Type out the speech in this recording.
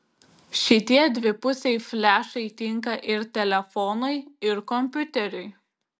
šitie dvipusiai flešai tinka ir telefonui ir kompiuteriui